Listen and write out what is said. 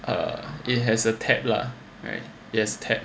uh it has a tab lah right it has tab